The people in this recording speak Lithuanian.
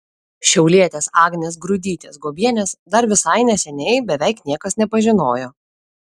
šiaulietės agnės grudytės guobienės dar visai neseniai beveik niekas nepažinojo